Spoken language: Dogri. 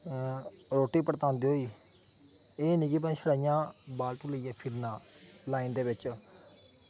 रोटी बरतांदे होई एह् निं में छड़ा इ'यां बालटु लेइयै फिरना लाइन दे बिच्च